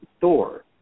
Thor